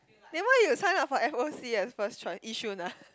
then why you are sign up F_O_C as first choice Yishun ah